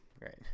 Right